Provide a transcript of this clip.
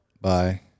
Bye